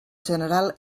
general